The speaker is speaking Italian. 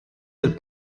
del